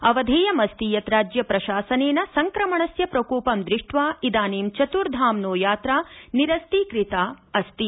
अवधेयमस्ति यत् राज्य प्रशासनेन संक्रमणस्य प्रकोपं दृष्ट्वा इदानीं चत्रधाम्नो यात्रा निरस्तीकृता अस्ति